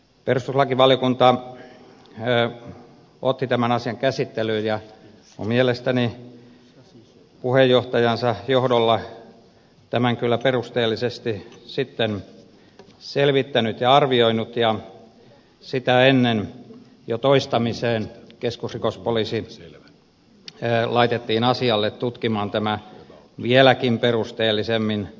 perustuslakivaliokunta otti tämän asian käsittelyyn ja on mielestäni puheenjohtajansa johdolla tämän kyllä perusteellisesti sitten selvittänyt ja arvioinut ja sitä ennen jo toistamiseen keskusrikospoliisi laitettiin asialle tutkimaan tämä vieläkin perusteellisemmin